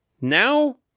now